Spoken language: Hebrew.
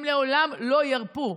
הם לעולם לא ירפו.